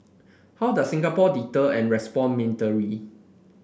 how does Singapore deter and respond militarily